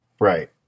Right